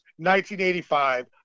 1985